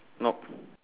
no